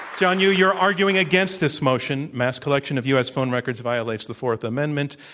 john yoo, you're arguing against this motion, mass collection of u. s. phone records violates the fourth amendment.